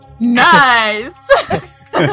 Nice